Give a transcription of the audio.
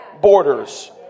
borders